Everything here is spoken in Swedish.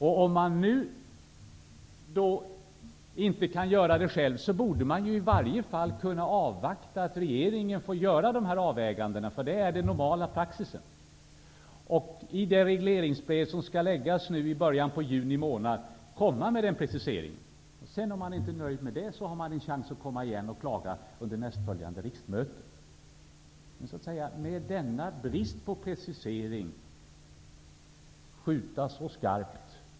Om man nu inte kan göra någon precisering själv, borde man kunna avvakta att regeringen får göra dessa avvägningar. Det är den normala praxisen. I det regleringsbrev som skall läggas fram i början av juni månad skall den preciseringen finnas med. Om man sedan inte är nöjd, kan man komma igen och klaga under nästföljande riksmöte. Det förvånar mig att ni med denna brist på precisering kan skjuta så skarpt.